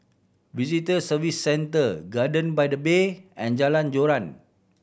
Visitor Services Centre Garden by the Bay and Jalan Joran